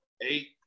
eight